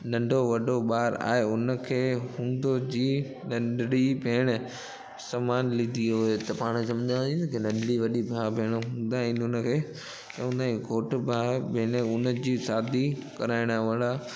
नंढो वॾो ॿार आहे हुनखे हुनजी नंढिणी भेण संभालींदी हुयसि त पाणि समुझंदासीं की नंढी वॾी भाउ भेण हूंदा आहिनि हुनखे चवंदा आहियूं घोट भाउ भेण हुनजी शादी कराइण वारा